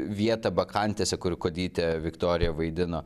vietą bakchantėse kur kuodytė viktorija vaidino